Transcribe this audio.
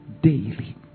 Daily